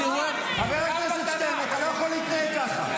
אתה לא יכול להתנהג ככה.